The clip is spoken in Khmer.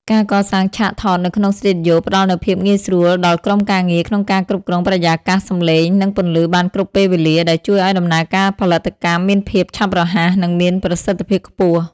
ការកសាងឆាកថតនៅក្នុងស្ទូឌីយ៉ូផ្ដល់នូវភាពងាយស្រួលដល់ក្រុមការងារក្នុងការគ្រប់គ្រងបរិយាកាស សម្លេង និងពន្លឺបានគ្រប់ពេលវេលា ដែលជួយឱ្យដំណើរការផលិតកម្មមានភាពឆាប់រហ័ស និងមានប្រសិទ្ធភាពខ្ពស់។